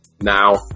now